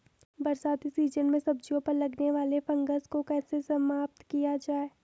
बरसाती सीजन में सब्जियों पर लगने वाले फंगस को कैसे समाप्त किया जाए?